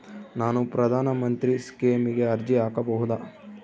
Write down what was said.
ನಾನು ಪ್ರಧಾನ ಮಂತ್ರಿ ಸ್ಕೇಮಿಗೆ ಅರ್ಜಿ ಹಾಕಬಹುದಾ?